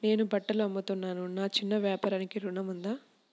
నేను బట్టలు అమ్ముతున్నాను, నా చిన్న వ్యాపారానికి ఋణం ఉందా?